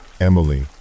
Emily